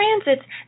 transits